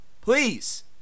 please